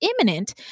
imminent